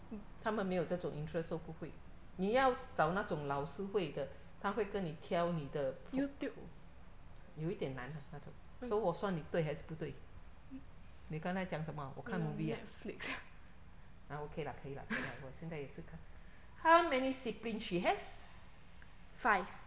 她们没有这种 interest so 不会你要找那种老师会的他会跟你挑你的 problem 有一点难啊那种 so 我算你对还是不对你刚才讲什么我看 movie 啊 ah okay lah 可以啦可以啦我现在也是看 how many sibling she has